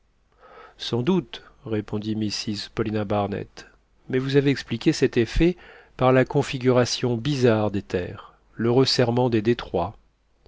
sans doute répondit mrs paulina barnett mais vous avez expliqué cet effet par la configuration bizarre des terres le resserrement des détroits